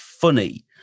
funny